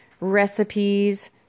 recipes